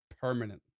Permanent